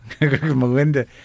melinda